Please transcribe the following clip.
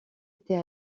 était